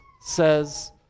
says